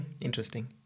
Interesting